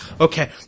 okay